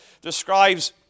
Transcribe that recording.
describes